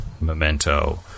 Memento